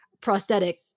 prosthetic